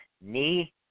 Knee